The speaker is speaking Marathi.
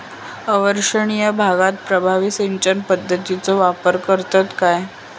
अवर्षणिय भागात प्रभावी सिंचन पद्धतीचो वापर करतत काय?